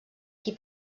qui